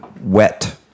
wet